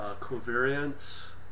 covariance